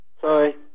Sorry